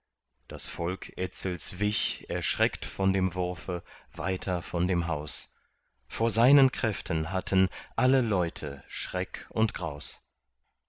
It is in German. das volk etzels wich erschreckt von dem wurfe weiter von dem haus vor seinen kräften hatten alle leute schreck und graus